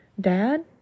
Dad